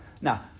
Now